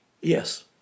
Yes